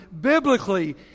biblically